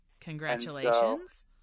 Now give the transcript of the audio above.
congratulations